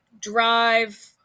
drive